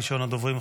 ראשון הדוברים,